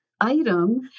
item